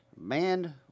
Man